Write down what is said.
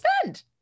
spend